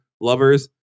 lovers